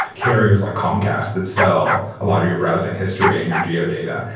carriers like comcast that sell a lot of your browsing history and your geo data.